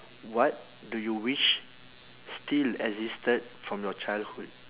what do you wish still existed from your childhood